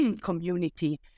community